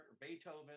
Beethoven